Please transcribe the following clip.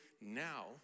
now